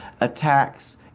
attacks